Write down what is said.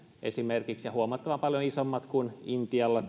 ja huomattavan paljon isommat kuin intialla